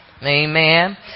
Amen